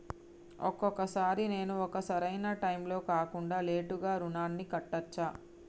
ఒక్కొక సారి నేను ఒక సరైనా టైంలో కాకుండా లేటుగా రుణాన్ని కట్టచ్చా?